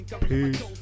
Peace